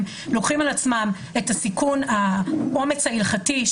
לוקחים על עצמם את הסיכון והאומץ ההלכתי,